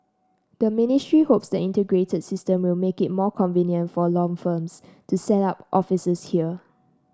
the ministry hopes the integrated system will make it more convenient for law firms to set up offices here